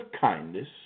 kindness